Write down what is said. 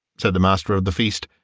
said the master of the feast,